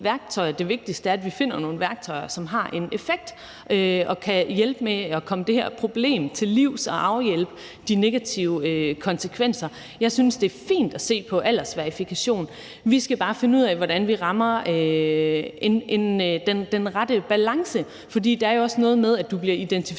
Det vigtigste er, at vi finder nogle værktøjer, som har en effekt, kan hjælpe med at komme det her problem til livs og afhjælpe de negative konsekvenser. Jeg synes, det er fint at se på aldersverificering. Vi skal bare finde ud af, hvordan vi rammer den rette balance. For der er jo også noget med, at du bliver identificeret,